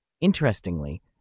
Interestingly